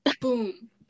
boom